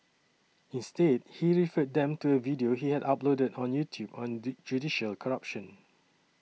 instead he referred them to a video he had uploaded on YouTube on judicial corruption